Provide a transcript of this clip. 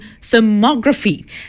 thermography